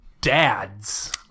Dads